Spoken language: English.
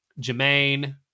Jermaine